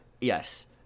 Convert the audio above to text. yes